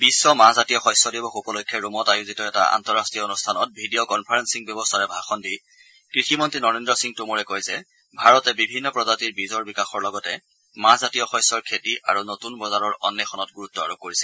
বিশ্ব মাহজাতীয় শস্য দিৱস উপলক্ষে ৰোমত আয়োজিত এটা আন্তঃৰাষ্ট্ৰীয় অনুষ্ঠানত ভি ডি অ' কন্ফাৰেলিং ব্যৱস্থাৰে ভাষণ দি কৃষি মন্ত্ৰী নৰেন্দ্ৰ সিং টোমৰে কয় যে ভাৰতে বিভিন্ন প্ৰজাতিৰ বীজৰ বিকাশৰ লগতে মাহজাতীয় শস্যৰ খেতি আৰু নতুন বজাৰৰ অন্বেষণত গুৰুত্ আৰোপ কৰিছে